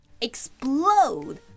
Explode